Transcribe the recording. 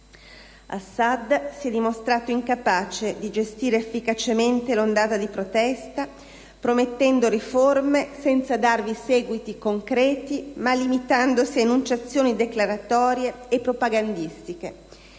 Assad si è dimostrato incapace di gestire efficacemente l'ondata di protesta, promettendo riforme senza darvi seguiti concreti, ma limitandosi ad enunciazioni declaratorie e propagandistiche.